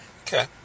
Okay